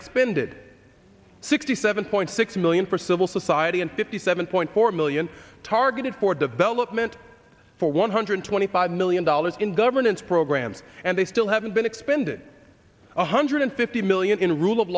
expended sixty seven point six million for civil society and fifty seven point four million targeted for development for one hundred twenty five million dollars in governance programs and they still haven't been expended one hundred fifty million rule of